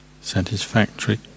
Satisfactory